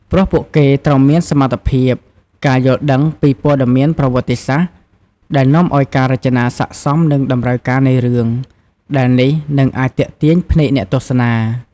ព្រោះពួកគេត្រូវមានសមត្ថភាព ការយល់ដឹងពីព័ត៌មានប្រវត្តិសាស្ត្រ ដែលនាំឲ្យការរចនាស័ក្តិសមនឹងតម្រូវការនៃរឿង ដែលនេះនិងអាចទាក់ទាញភ្នែកអ្នកទស្សនា ។